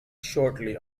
shortly